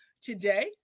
today